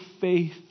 faith